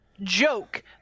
joke